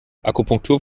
akupunktur